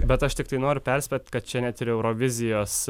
bet aš tiktai noriu perspėt kad čia net ir eurovizijos